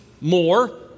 more